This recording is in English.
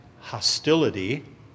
hostility